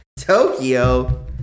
Tokyo